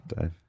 Dave